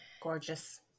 gorgeous